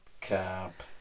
Cap